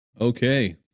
Okay